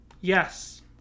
Yes